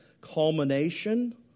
culmination